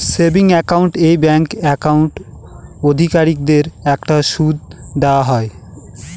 savings account এ bank account অধিকারীদের একটা সুদ দেওয়া হয়